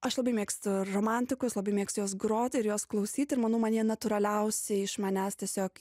aš labai mėgstu romantikus labai mėgstu juos groti ir juos klausyti ir manau man jie natūraliausiai iš manęs tiesiog